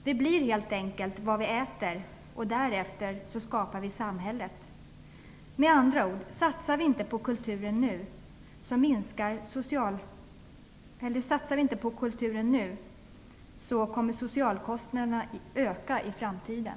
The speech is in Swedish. Vi blir helt enkelt vad vi "äter" och skapar samhället därefter. Satsar vi inte på kulturen nu kommer socialkostnaderna att öka i framtiden.